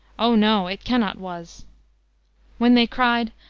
o no, it cannot was when they cried,